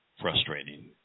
frustrating